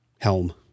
helm